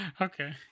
okay